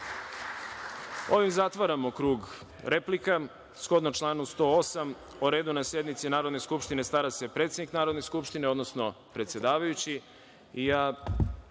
zatvaramo krug replika. Shodno članu 108, o redu na sednici Narodne skupštine stara se predsednik Narodne skupštine, odnosno predsedavajući.